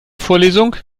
vorlesung